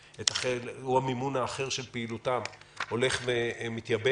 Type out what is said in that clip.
שהוא המימון האחר של פעילותן, הולך ומתייבש.